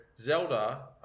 Zelda